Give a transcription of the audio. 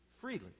freely